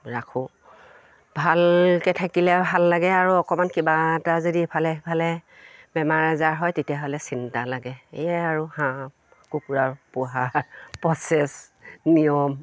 ৰাখোঁ ভালকৈ থাকিলে ভাল লাগে আৰু অকণমান কিবা এটা যদি ইফালে সিফালে বেমাৰ আজাৰ হয় তেতিয়াহ'লে চিন্তা লাগে এয়াই আৰু হাঁহ কুকুৰাৰ পোহাৰ প্ৰচেছ নিয়ম